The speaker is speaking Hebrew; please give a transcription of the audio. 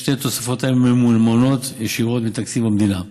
שתי התוספות הללו ממומנות ישירות מתקציב המדינה.